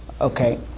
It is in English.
Okay